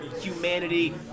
humanity